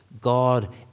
God